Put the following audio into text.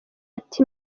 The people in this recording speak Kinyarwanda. ati